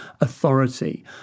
authority